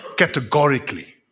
Categorically